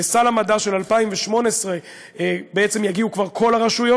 לסל המדע של 2018 בעצם יגיעו כבר כל הרשויות.